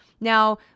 Now